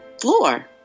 floor